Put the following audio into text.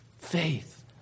Faith